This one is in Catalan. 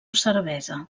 cervesa